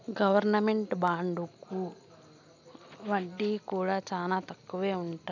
government బాండుకి వడ్డీ కూడా చానా తక్కువే ఉంటది